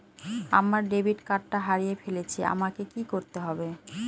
আমার ডেবিট কার্ডটা হারিয়ে ফেলেছি আমাকে কি করতে হবে?